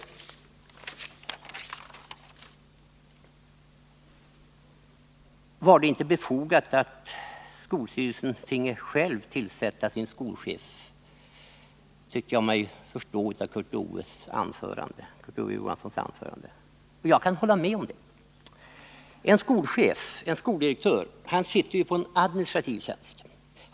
Jag tyckte mig förstå att Kurt Ove Johansson i sitt anförande menade att det var befogat att skolstyrelsen själv skulle få utse sin skolchef. Jag kan hålla med honom om det. En skolchef eller en skoldirektör sitter ju på en administrativ tjänst.